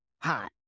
hot